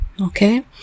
okay